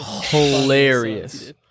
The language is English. hilarious